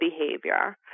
behavior